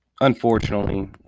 Unfortunately